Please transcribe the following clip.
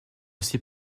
aussi